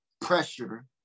pressure